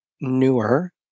newer